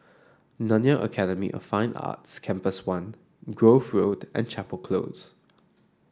Nanyang Academy of Fine Arts Campus One Grove Road and Chapel Close